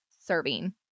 serving